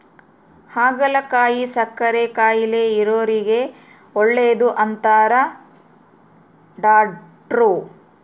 ಹಾಗಲಕಾಯಿ ಸಕ್ಕರೆ ಕಾಯಿಲೆ ಇರೊರಿಗೆ ಒಳ್ಳೆದು ಅಂತಾರ ಡಾಟ್ರು